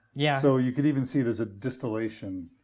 yeah so you could even see it as a distillation,